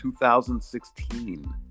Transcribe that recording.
2016